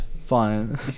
Fine